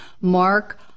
Mark